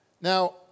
Now